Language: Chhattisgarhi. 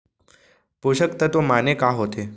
पोसक तत्व माने का होथे?